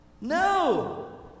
No